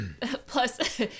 plus